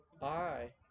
Hi